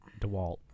Dewalt